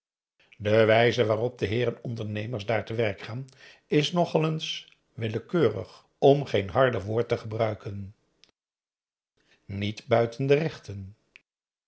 de wijze waarop de heeren ondernemers daar te werk gaan is nogal eens willekeurig om geen harder woord te gebruiken niet buiten de rechten